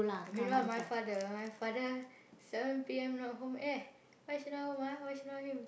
meanwhile my father my father seven P_M not home eh why she not home ah why she not home